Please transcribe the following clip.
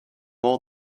all